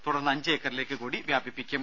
തുടർന്ന് അഞ്ച് ഏക്കറിലേക്ക് കൂടി വ്യാപിപ്പിക്കും